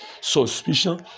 suspicion